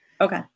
Okay